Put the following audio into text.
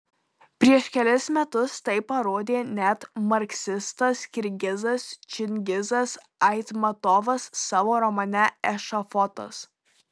prieš kelis metus tai parodė net marksistas kirgizas čingizas aitmatovas savo romane ešafotas